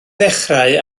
ddechrau